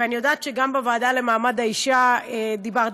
ואני יודעת שגם בוועדה למעמד האישה, דיברת.